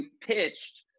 pitched